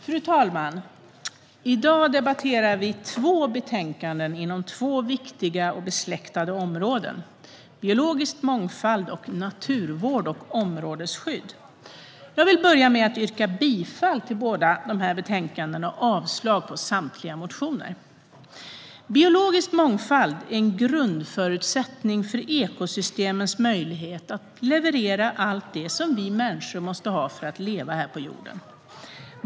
Fru talman! I dag debatterar vi två betänkanden inom två viktiga och besläktade områden, Biologisk mångfald och Naturvård och områdes skydd . Jag vill börja med att yrka bifall till förslaget i båda dessa betänkanden och avslag på samtliga motioner. Biologisk mångfald är en grundförutsättning för ekosystemens möjlighet att leverera allt det som vi människor måste ha för att leva här på jorden.